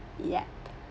ya